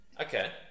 okay